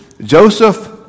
Joseph